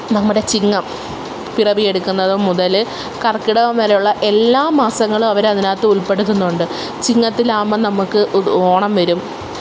നമ്മുടെ ചിങ്ങം പിറവിയെടുക്കുന്നത് മുതൽ കര്ക്കിടകം വരെയുള്ള എല്ലാ മാസങ്ങളും അവരതിനകത്ത് ഉള്പ്പെടുത്തുന്നുണ്ട് ചിങ്ങത്തിലാകുമ്പം നമുക്ക് ഓണം വരും